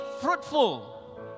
fruitful